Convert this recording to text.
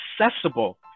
accessible